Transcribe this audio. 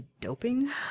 doping